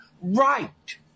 right